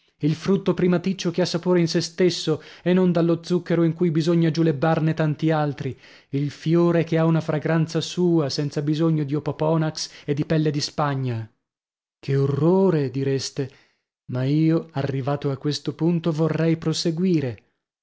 il frutto primaticcio che ha sapore in se stesso e non dallo zucchero in cui bisogna giulebbarne tanti altri il flore che ha una fragranza sua senza bisogno di opoponax e di pelle di spagna che orrore direste ma io arrivato a questo punto vorrei proseguire